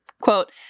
quote